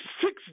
six